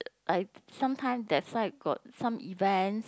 like sometimes that side got some events